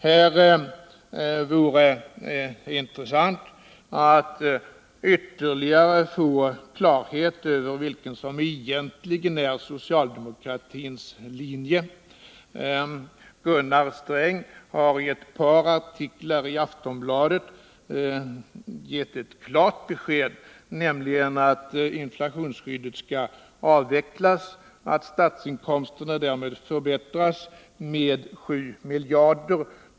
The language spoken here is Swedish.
Här vore det intressant att ytterligare få klarhet i vilken som egentligen är socialdemokratins linje. Gunnar Sträng har i ett par artiklar i Aftonbladet gett ett klart besked, nämligen att inflationsskyddet skall avvecklas, varigenom statsinkomsterna skulle förbättras med 7 miljarder.